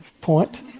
Point